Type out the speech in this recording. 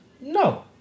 No